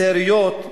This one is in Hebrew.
מסי העיריות,